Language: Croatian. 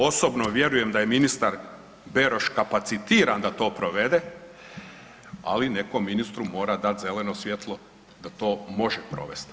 Osobno vjerujem da je ministar Beroš kapacitiran da to provede, ali neko ministru mora dati zeleno svjetlo da to može provest.